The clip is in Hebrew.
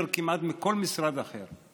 יותר מבכל משרד אחר כמעט.